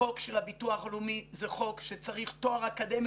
החוק של החוק הביטוח זה חוק שצריך תואר אקדמי